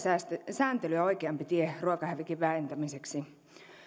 sääntelyä oikeampi tie ruokahävikin vähentämiseksi